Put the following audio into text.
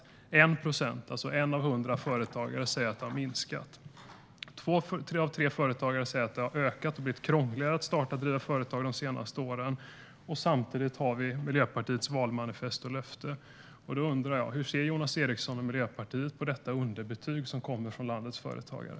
Det är 1 procent, en av hundra företagare, som säger att det har minskat. Två av tre företagare säger att det har ökat och säger att det har blivit krångligare att starta och driva företag de senaste åren. Samtidigt har vi Miljöpartiets valmanifest och löfte. Då undrar jag: Hur ser Jonas Eriksson och Miljöpartiet på detta underbetyg som kommer från landets företagare?